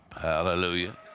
Hallelujah